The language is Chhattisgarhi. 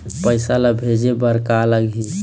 पैसा ला भेजे बार का का लगही?